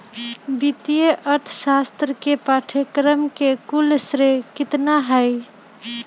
वित्तीय अर्थशास्त्र के पाठ्यक्रम के कुल श्रेय कितना हई?